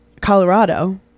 colorado